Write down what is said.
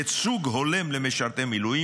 ייצוג הולם למשרתי מילואים),